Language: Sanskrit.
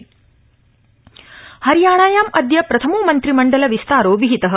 हरियाणा हरियाणायाम् अद्य प्रथमो मन्त्रिमण्डल विस्तारो विहितः